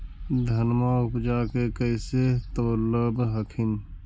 धनमा उपजाके कैसे तौलब हखिन?